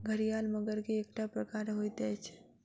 घड़ियाल मगर के एकटा प्रकार होइत अछि